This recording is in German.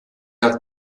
hat